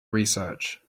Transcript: research